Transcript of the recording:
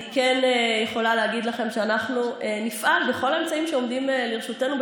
אני יכולה להגיד לכם שאנחנו נפעל בכל האמצעים שעומדים לרשותנו,